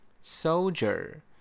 Soldier